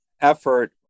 effort